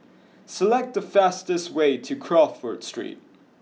select the fastest way to Crawford street